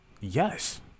Yes